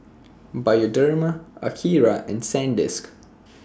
Bioderma Akira and Sandisk